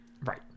Right